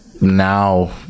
now